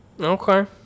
Okay